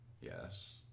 Yes